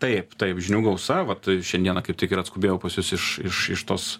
taip taip žinių gausa vat šiandieną kaip tik ir atskubėjau pas jus iš iš iš tos